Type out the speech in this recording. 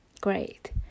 great